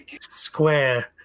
Square